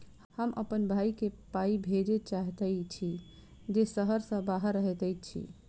हम अप्पन भयई केँ पाई भेजे चाहइत छि जे सहर सँ बाहर रहइत अछि